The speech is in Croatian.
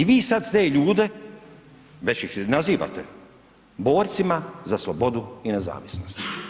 I vi sad te ljude, već ih nazivate borcima za slobodu i nezavisnost.